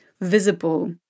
visible